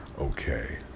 Okay